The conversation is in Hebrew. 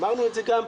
אמרנו את זה גם.